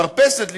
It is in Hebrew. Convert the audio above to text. מרפסת לבנות,